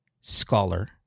Scholar